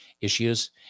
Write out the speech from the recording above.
issues